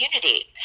community